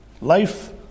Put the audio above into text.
Life